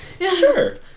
Sure